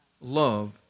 love